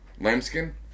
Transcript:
Lambskin